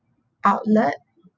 outlet